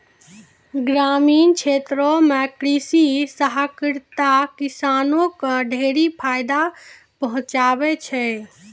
ग्रामीण क्षेत्रो म कृषि सहकारिता किसानो क ढेरी फायदा पहुंचाबै छै